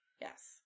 Yes